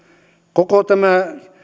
koko tämä